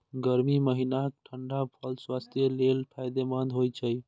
गर्मी महीनाक ठंढा फल स्वास्थ्यक लेल फायदेमंद होइ छै